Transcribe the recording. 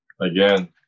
again